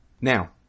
Now